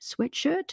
sweatshirt